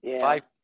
Five